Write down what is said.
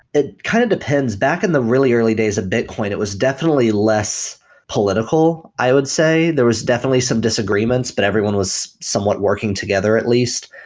it kind of depends. back in the really early days of bitcoin, it was definitely less political i would say. there was definitely some disagreements, disagreements, but everyone was somewhat working together at least.